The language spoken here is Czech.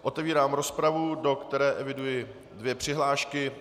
Otevírám rozpravu, do které eviduji dvě přihlášky.